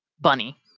Bunny